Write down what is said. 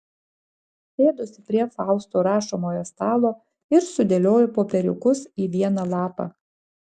sėduosi prie fausto rašomojo stalo ir sudėlioju popieriukus į vieną lapą